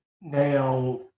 Now